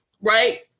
right